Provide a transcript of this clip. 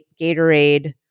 gatorade